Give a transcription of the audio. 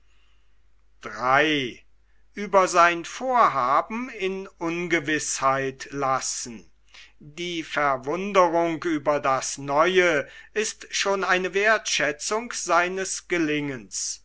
die verwunderung über das neue ist schon eine wertschätzung seines gelingens